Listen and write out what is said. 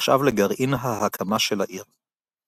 נחשב לגרעין ההקמה של העיר.